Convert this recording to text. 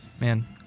Man